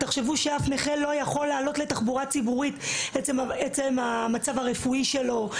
תחשבו שאף נכה לא יכול לעלות לתחבורה ציבורית עקב המצב הרפואי שלו.